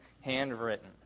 handwritten